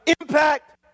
impact